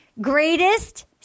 greatest